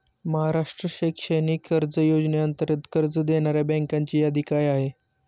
महाराष्ट्र शैक्षणिक कर्ज योजनेअंतर्गत कर्ज देणाऱ्या बँकांची यादी काय आहे?